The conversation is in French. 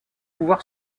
pouvoir